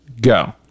Go